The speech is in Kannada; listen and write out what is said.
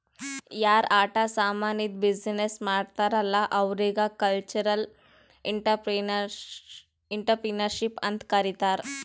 ಯಾರ್ ಆಟ ಸಾಮಾನಿದ್ದು ಬಿಸಿನ್ನೆಸ್ ಮಾಡ್ತಾರ್ ಅಲ್ಲಾ ಅವ್ರಿಗ ಕಲ್ಚರಲ್ ಇಂಟ್ರಪ್ರಿನರ್ಶಿಪ್ ಅಂತ್ ಕರಿತಾರ್